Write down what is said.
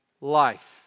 life